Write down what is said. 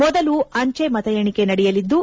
ಮೊದಲು ಅಂಜೆ ಮತ ಎಣಿಕೆ ನಡೆಯಲಿದ್ಲು